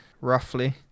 roughly